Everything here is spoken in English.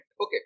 okay